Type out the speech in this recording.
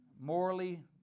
morally